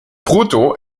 brutto